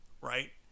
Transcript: right